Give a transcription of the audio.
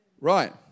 Right